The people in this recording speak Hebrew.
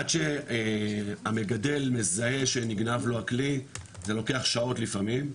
עד שהמגדל מזהה שנגנב לו הכלי זה לוקח שעות לפעמים,